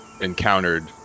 encountered